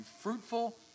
fruitful